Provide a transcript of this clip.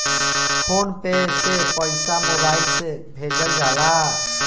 phone पे से पईसा mobile से भेजल जाला